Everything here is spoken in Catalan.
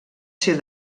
ser